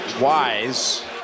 Wise